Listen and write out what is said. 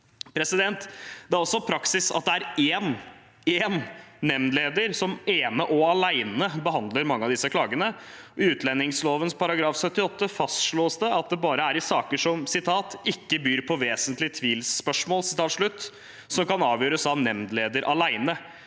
og direkte. Det er også praksis at det er én nemndleder som ene og alene behandler mange av disse klagene. I utlendingsloven § 78 fastslås det at det bare er saker som «ikke byr på vesentlige tvilsspørsmål», som kan avgjøres av nemndleder alene.